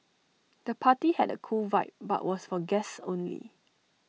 the party had A cool vibe but was for guests only